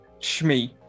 Shmi